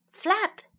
Flap